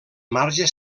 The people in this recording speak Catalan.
marge